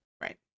Right